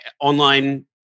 online